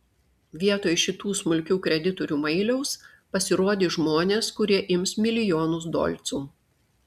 vietoj šitų smulkių kreditorių mailiaus pasirodys žmonės kurie ims milijonus dolcų